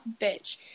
Bitch